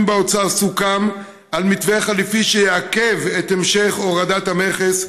באוצר סוכם על מתווה חלופי שיעכב את המשך הורדת המכס,